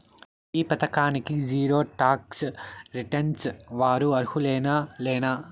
ఈ పథకానికి zero tax returns వారు అర్హులేనా లేనా?